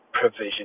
provision